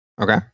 Okay